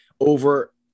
over